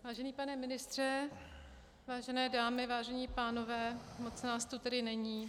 Vážený pane ministře, vážené dámy, vážení pánové, moc nás tu tedy není.